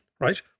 right